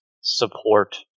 support